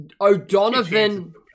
O'Donovan